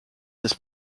this